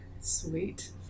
Sweet